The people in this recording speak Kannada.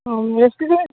ಹಾಂ ಎಷ್ಟಿದೆ